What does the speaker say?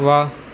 वाह